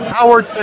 Howard